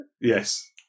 Yes